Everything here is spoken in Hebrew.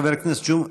חבר הכנסת ג'מעה,